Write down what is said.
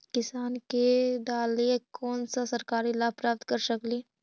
किसान के डालीय कोन सा सरकरी लाभ प्राप्त कर सकली?